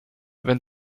wenn